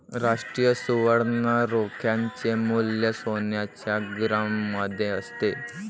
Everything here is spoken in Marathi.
राष्ट्रीय सुवर्ण रोख्याचे मूल्य सोन्याच्या ग्रॅममध्ये असते